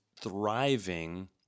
thriving